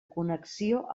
connexió